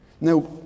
Now